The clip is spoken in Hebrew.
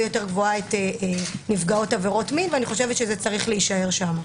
יותר גבוהה את נפגעות עבירות מין וצריך להישאר שם.